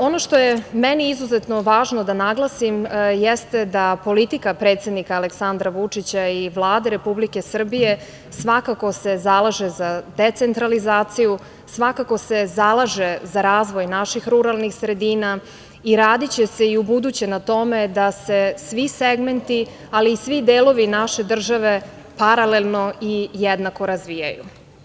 Ono što je meni izuzetno važno da naglasim jeste da politika predsednika Aleksandra Vučića i Vlade Republike Srbije svakako se zalaže decentralizaciju, svakako se zalaže za razvoj naših ruralnih sredina i radiće se i ubuduće na tome da se svi segmenti, ali i svi delovi naše države paralelno i jednako razvijaju.